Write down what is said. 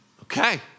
Okay